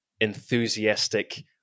enthusiastic